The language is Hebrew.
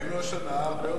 ראינו השנה הרבה יותר.